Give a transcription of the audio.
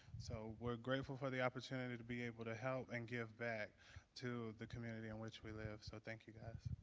so we're grateful for the opportunity to be able to help and give back to the community in which we live, so thank you, guys.